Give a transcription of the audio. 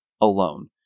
alone